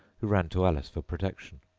who ran to alice for protection.